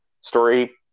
story